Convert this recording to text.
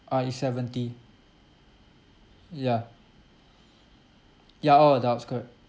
uh it's seventy ya ya all adults correct